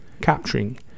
capturing